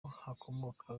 hakomoka